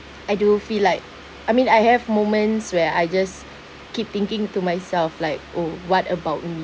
I do feel like I mean I have moments where I just keep thinking to myself like oh what about me